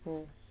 mm